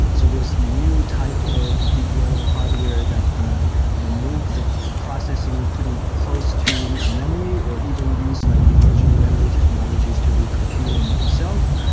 so there's new type of deep learning hardware that ah you know move the processing pretty close to memory or even use like emerging memory technologies to do computing itself.